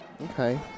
okay